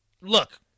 look